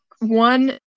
one